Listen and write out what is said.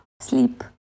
sleep